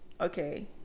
okay